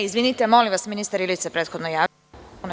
Izvinite, molim vas, ministar Ilić se prethodno javio.